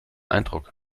eindruck